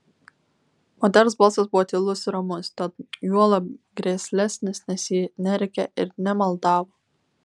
moters balsas buvo tylus ir ramus tad juolab grėslesnis nes ji nerėkė ir nemaldavo